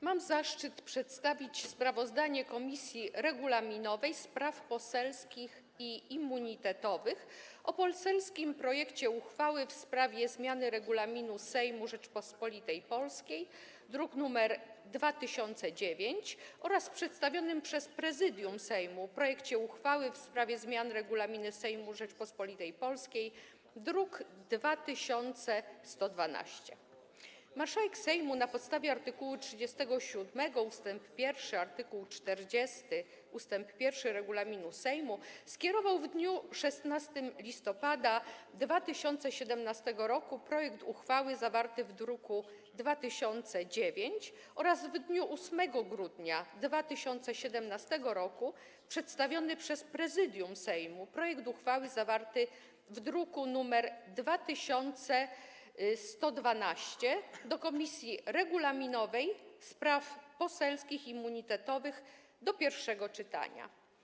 Mam zaszczyt przedstawić sprawozdanie Komisji Regulaminowej, Spraw Poselskich i Immunitetowych o poselskim projekcie uchwały w sprawie zmiany Regulaminu Sejmu Rzeczypospolitej Polskiej, druk nr 2009, oraz przedstawionym przez Prezydium Sejmu projekcie uchwały w sprawie zmiany Regulaminu Sejmu Rzeczypospolitej Polskiej, druk nr 2112. Marszałek Sejmu, na podstawie art. 37 ust. 1 i art. 40 ust. 1 regulaminu Sejmu skierował w dniu 16 listopada 2017 r. projekt uchwały zawarty w druku nr 2009 oraz w dniu 8 grudnia 2017 r. przedstawiony przez Prezydium Sejmu projekt uchwały zawarty w druku nr 2112 do Komisji Regulaminowej, Spraw Poselskich i Immunitetowych do pierwszego czytania.